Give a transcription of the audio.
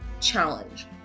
challenge